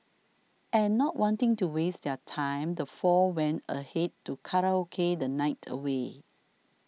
and not wanting to waste their time the four went ahead to karaoke the night away